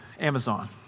Amazon